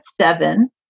seven